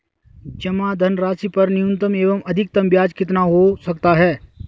जमा धनराशि पर न्यूनतम एवं अधिकतम ब्याज कितना हो सकता है?